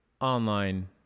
online